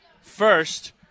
first